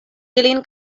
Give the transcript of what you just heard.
ilin